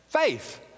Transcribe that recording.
faith